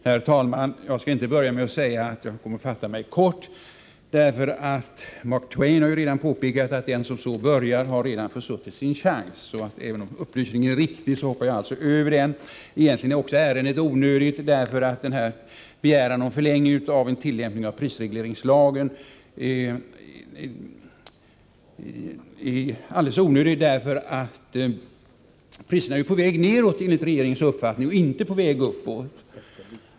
Herr talman! Jag skall inte börja med att säga att jag kommer att fatta mig kort. Mark Twain har ju redan påpekat att den som så börjar redan har försuttit sin chans. Även om upplysningen är riktig hoppar jag alltså över den. Egentligen är också ärendet onödigt. Begäran om förlängning av prisregleringslagen är alldeles onödig, eftersom priserna är på väg nedåt enligt regeringens uppfattning, och inte på väg uppåt.